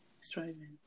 striving